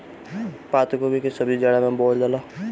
पातगोभी के सब्जी जाड़ा में बोअल जाला